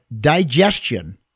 digestion